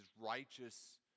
righteous